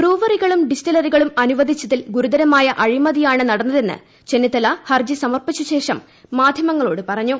ബ്രൂവറികളും ഡിസ്റ്റിലറികളും അനുപദിച്ചതിൽ ഗുരുതരമായ അഴിമതിയാണ് നടന്നതെന്ന് ചെന്നിത്തില് ് ഹർജി സമർപ്പിച്ചശേഷം മാധ്യമങ്ങളോട് പറഞ്ഞു